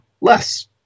less